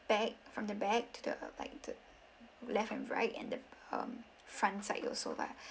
pax from the back to the like the left and right and the um front side also lah